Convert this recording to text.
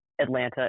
Atlanta